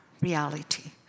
reality